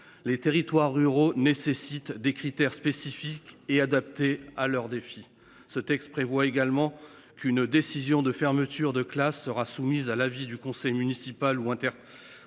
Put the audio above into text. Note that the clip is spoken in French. les territoires ruraux nécessite des critères spécifiques et adaptées à leurs défis. Ce texte prévoit également qu'une décision de fermeture de classe sera soumise à l'avis du conseil municipal ou untel ou untel